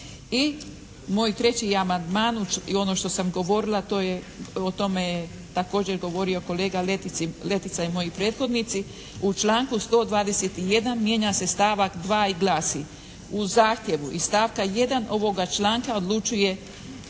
I moj treći je amandman i ono što sam govorila, to je, o tome je također govorio kolega Letica i moji prethodnici. U članku 121. mijenja se stavak 2. i glasi: "U zahtjevu iz stavka 1. ovoga članka odlučuje